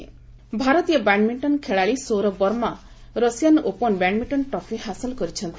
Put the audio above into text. badminton ଭାରତୀୟ badminton ଖେଳାଳି Saurabh Verma Russian open badminton trophy ହାସଲ କରିଛନ୍ତି